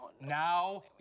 Now